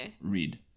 read